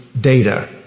data